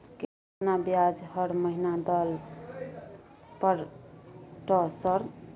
केतना ब्याज हर महीना दल पर ट सर?